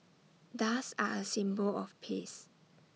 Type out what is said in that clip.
doves are A symbol of peace